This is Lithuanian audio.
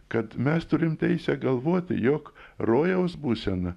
kad mes turim teisę galvoti jog rojaus būsena